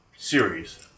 Series